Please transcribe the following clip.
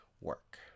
work